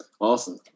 awesome